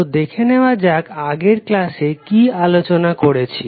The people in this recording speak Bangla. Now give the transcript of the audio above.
তো দেখে নেওয়া যাক আগের ক্লাসে কি আলোচনা করেছি